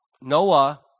Noah